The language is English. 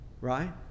Right